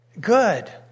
good